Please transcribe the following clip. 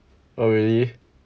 oh really